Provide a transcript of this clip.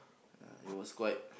uh it was quite